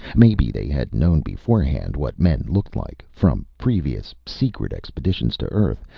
maybe they had known beforehand what men looked like from previous, secret expeditions to earth.